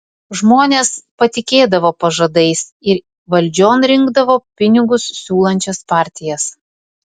žmonės patikėdavo pažadais ir valdžion rinkdavo pinigus siūlančias partijas